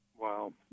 wow